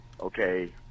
Okay